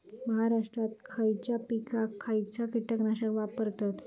महाराष्ट्रात खयच्या पिकाक खयचा कीटकनाशक वापरतत?